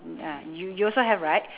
you you also have right